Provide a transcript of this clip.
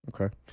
Okay